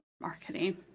marketing